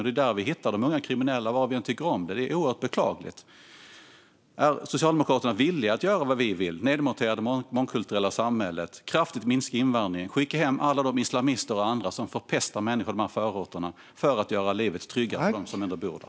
Det är där vi hittar de unga kriminella, vad vi än tycker om det. Det är oerhört beklagligt. Är Socialdemokraterna villiga att göra det vi vill: nedmontera det mångkulturella samhället, kraftigt minska invandringen och skicka hem alla de islamister och andra som förpestar människor i förorterna för att göra livet tryggare för dem som ändå bor där?